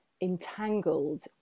entangled